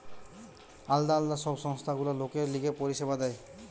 আলদা আলদা সব সংস্থা গুলা লোকের লিগে পরিষেবা দেয়